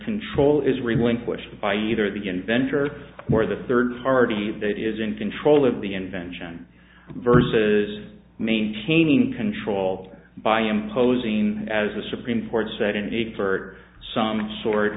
control is relinquished by either the inventor or the third party that is in control of the invention versus maintaining control by imposing as the supreme court said in a for some sort